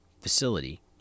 facility